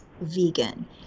vegan